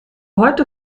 heute